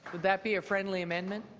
that be a friendly amendment.